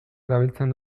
erabiltzen